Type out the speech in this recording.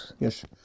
Yes